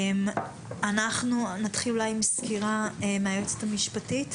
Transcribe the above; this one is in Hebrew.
נתחיל אולי עם סקירה מהיועצת המשפטית,